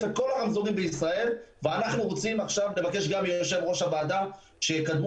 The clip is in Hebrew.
את כל הרמזורים בישראל ואנחנו רוצים עכשיו לבקש גם מיו"ר הוועדה שיקדמו